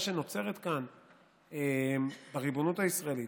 שנוצרת כאן בריבונות הישראלית,